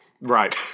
Right